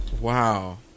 Wow